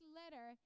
letter